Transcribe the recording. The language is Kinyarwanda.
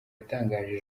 yatangaje